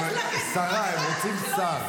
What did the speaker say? שרה, הם רוצים שר.